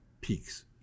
peaks